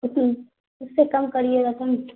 اس سے کم کریے گا تب نا